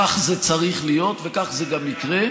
כך זה צריך להיות, וכך זה גם יקרה.